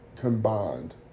combined